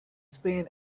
spain